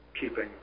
keeping